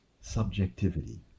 subjectivity